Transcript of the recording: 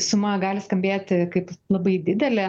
suma gali skambėti kaip labai didelė